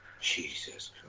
jesus